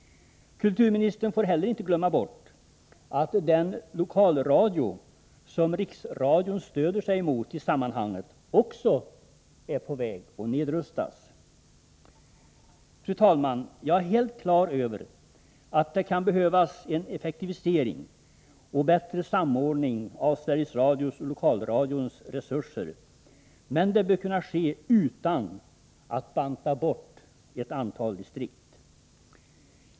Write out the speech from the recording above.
Kulturministern får heller inte glömma bort att den lokalradio som Riksradion i det här sammanhanget stöder sig emot också är på väg att nedrustas. Fru talman! Jag är klar över att det kan behövas en effektivisering och en bättre samordning av Sveriges Radios och Lokalradions resurser, men det bör kunna ske utan att banta bort ett antal distrikt.